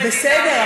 בסדר,